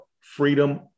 Freedom